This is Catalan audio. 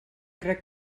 crec